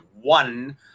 one